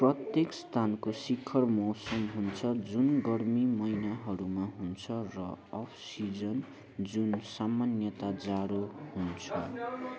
प्रत्येक स्थानको शिखर मौसम हुन्छ जुन गर्मी महिनाहरूमा हुन्छ र अफ सिजन जुन सामान्यतः जाडो हुन्छ